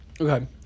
Okay